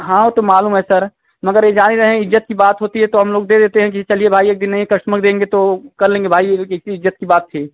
हाँ वो तो मालूम है सर मगर ये जानी रहें इज़्ज़त की बात होती है तो हम लोग दे देते हैं कि चलिए भाई एक दिन नही कस्टमर देंगे तो कर लेंगे भाई एक तो इज्जत की बात थी